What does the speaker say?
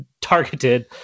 targeted